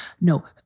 No